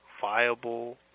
viable